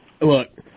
look